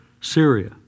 Syria